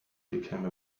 became